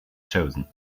chosen